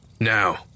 Now